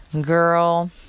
Girl